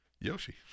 Yoshi